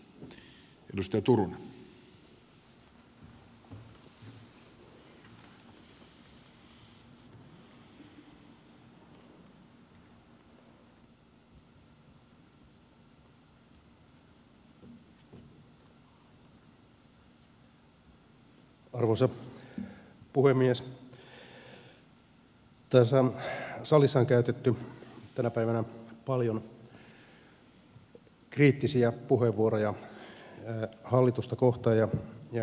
tässä salissa on käytetty tänä päivänä paljon kriittisiä puheenvuoroja hallitusta kohtaan